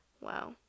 Wow